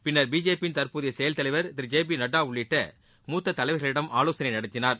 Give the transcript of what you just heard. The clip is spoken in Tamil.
பின்னர் பிஜேபியின் தற்போதைய செயல் தலைவர் திரு ஜே பி நட்டா உள்ளிட்ட மூத்த தலைவர்களிடம் ஆவோசனை நடத்தினார்